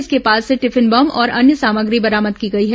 इसके पास से टिफिन बम और अन्य सामग्री बरामद की गई है